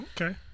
Okay